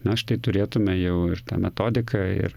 na štai turėtume jau ir tą metodiką ir